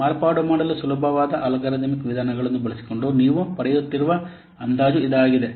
ಮಾರ್ಪಾಡು ಮಾಡಲು ಸುಲಭವಾದ ಅಲ್ಗಾರಿದಮಿಕ್ ವಿಧಾನಗಳನ್ನು ಬಳಸಿಕೊಂಡು ನೀವು ಪಡೆಯುತ್ತಿರುವ ಅಂದಾಜು ಇದಾಗಿದೆ